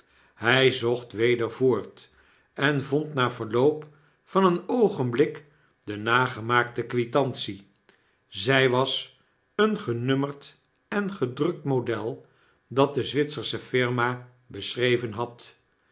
hy zocht weder voort en vond na verloop van een oogenbiik de nagemaakte quitantie zij was een genummerd en gedrukt model dat de zwitsersche firma beschreven had